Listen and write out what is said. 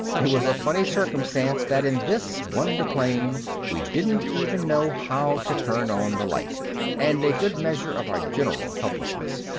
it was a funny circumstance that in this wonder plane we didn't even know how to turn on the light and a good measure of our general helplessness.